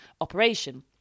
operation